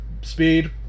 speed